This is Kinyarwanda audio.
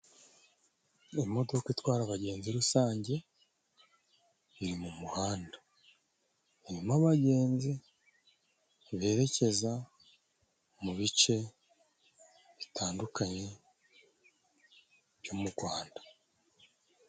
Imodoka itwara abagenzi rusange, iri mu muhanda urimo abagenzi berekeza mu bice bitandukanye, byo mu Rwanda.